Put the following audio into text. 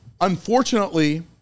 unfortunately